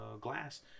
glass